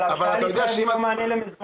אבל ההרשאה לפני היא לא מענה למזומן.